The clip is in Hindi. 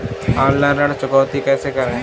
ऑनलाइन ऋण चुकौती कैसे करें?